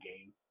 game